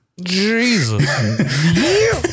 Jesus